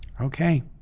Okay